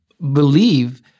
believe